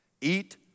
Eat